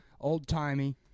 old-timey